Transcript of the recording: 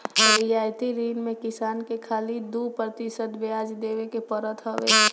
रियायती ऋण में किसान के खाली दू प्रतिशत बियाज देवे के पड़त हवे